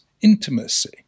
intimacy